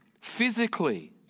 physically